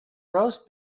roast